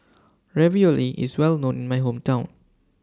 Ravioli IS Well known in My Hometown